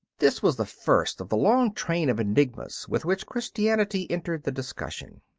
this was the first of the long train of enigmas with which christianity entered the discussion.